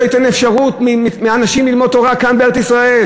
ייתן אפשרות לאנשים ללמוד תורה כאן בארץ-ישראל,